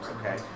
okay